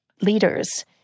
leaders